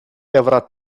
avrà